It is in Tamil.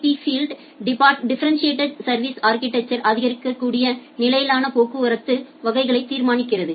பி ஃபீல்டு டிஃபரெண்டிட்டேட் சா்விஸ் அா்கிடெக்சர் ஆதரிக்கக்கூடிய நிலையான போக்குவரத்து வகைகளை தீர்மானிக்கிறது